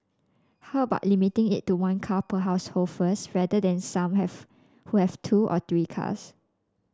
how about limiting it to one car per household first rather than some have who have two or three cars